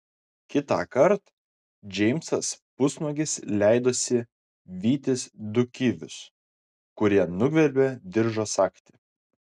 kitąkart džeimsas pusnuogis leidosi vytis du kivius kurie nugvelbė diržo sagtį